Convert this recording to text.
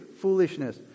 foolishness